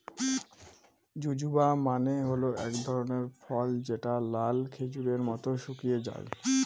জুজুবা মানে হল এক ধরনের ফল যেটা লাল খেজুরের মত শুকিয়ে যায়